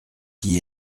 qui